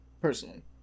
personally